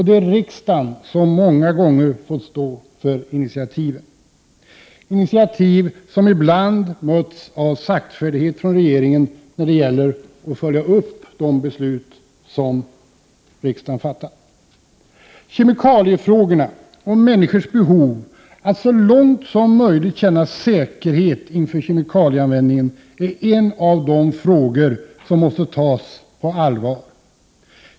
Det är riksdagen som många gånger har fått stå för initiativen — initiativ som ibland mötts av saktfärdighet från regeringen när det gällt att följa upp de beslut som riksdagen har fattat. Kemikaliefrågorna och människors behov av att så långt som möjligt känna säkerhet inför kemikalieanvändningen hör till de frågor som måste tas på allvar.